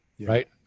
right